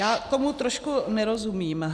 Já tomu trošku nerozumím.